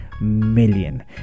million